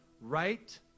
right